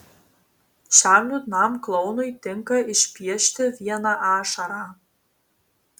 šiam liūdnam klounui tinka išpiešti vieną ašarą